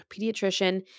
pediatrician